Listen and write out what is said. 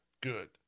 good